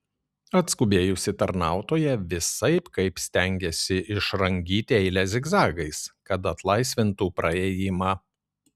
atskubėjusi tarnautoja visaip kaip stengėsi išrangyti eilę zigzagais kad atlaisvintų praėjimą